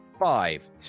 Five